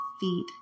feet